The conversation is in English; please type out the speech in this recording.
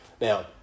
Now